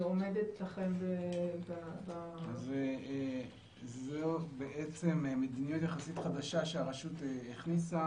עומדת לכם ב --- זו בעצם מדיניות יחסית חדשה שהרשות הכניסה